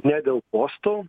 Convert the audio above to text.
ne dėl postų